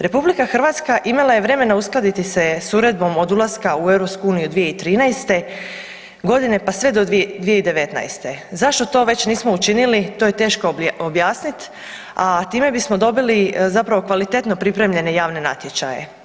RH imala je vremena uskladiti se s uredbom od ulaska u EU 2013.g., pa sve do 2019.g. Zašto to već nismo učinili, to je teško objasnit, a time bismo dobili zapravo kvalitetno pripremljene javne natječaje.